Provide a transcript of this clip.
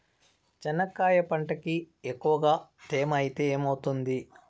చెనక్కాయ పంటకి ఎక్కువగా తేమ ఐతే ఏమవుతుంది?